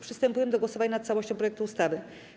Przystępujemy do głosowania nad całością projektu ustawy.